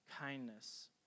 kindness